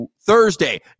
Thursday